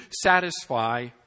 satisfy